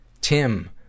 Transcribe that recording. Tim